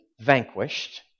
vanquished